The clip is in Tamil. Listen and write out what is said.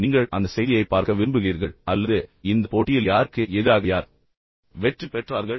எனவே நீங்கள் அந்த செய்தியைப் பார்க்க விரும்புகிறீர்கள் அல்லது இந்த போட்டியில் யாருக்கு எதிராக யார் வெற்றி பெற்றார்கள்